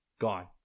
Gone